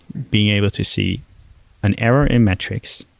being able to see an error in metrics,